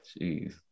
Jeez